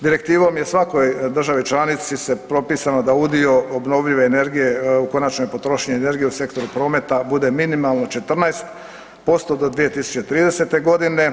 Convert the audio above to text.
Direktivom je svakoj državi članici propisano da udio obnovljive energije u konačnoj potrošnji energije u sektoru prometa bude minimalno 14% do 2030. godine.